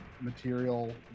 material